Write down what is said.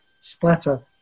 splatter